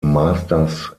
masters